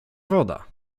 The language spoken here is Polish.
woda